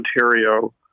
Ontario